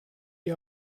die